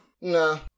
no